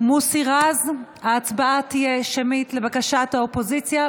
מוסי רז, ההצבעה תהיה שמית, לבקשת האופוזיציה.